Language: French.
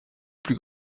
plus